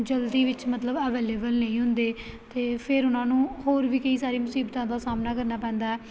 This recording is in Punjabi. ਜਲਦੀ ਵਿੱਚ ਮਤਲਬ ਅਵੇਲੇਬਲ ਨਹੀਂ ਹੁੰਦੇ ਅਤੇ ਫਿਰ ਉਹਨਾਂ ਨੂੰ ਹੋਰ ਵੀ ਕਈ ਸਾਰੀਆਂ ਮੁਸੀਬਤਾਂ ਦਾ ਸਾਹਮਣਾ ਕਰਨਾ ਪੈਂਦਾ